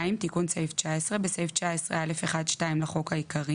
תיקון סעיף 19. 2. בסעיף 19(א1)(2) לחוק העיקרי